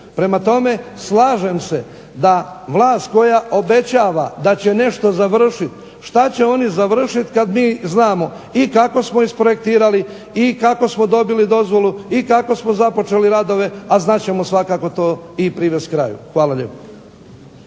Prema tome, slažem se da vlast koja obećava da će nešto završit, šta će oni završit kad mi znamo i kako smo isprojektirali i kako smo dobili dozvolu i kako smo započeli radovi, a znat ćemo svakako to i privest kraju. Hvala lijepo.